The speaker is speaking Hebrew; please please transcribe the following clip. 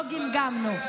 לא גמגמנו.